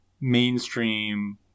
mainstream